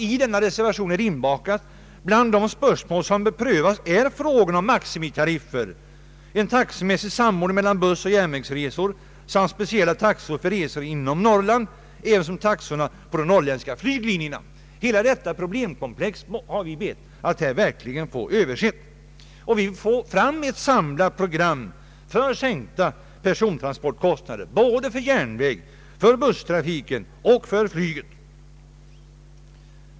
I reservationen 10 heter det: ”Bland de spörsmål som bör prövas är frågorna om maximitariffer, en taxemässig samordning mellan bussoch järnvägsresor samt speciella taxor för resor inom Norrland ävensom taxorna på de norrländska flyglinjerna.” Vi har bett att få hela detta problemkomplex översett. Vi vill få fram ett samlat program för sänkta persontransportkostnader, såväl för järnväg, för buss som för flyg.